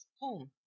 home